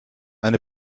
eine